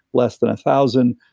less than a thousand.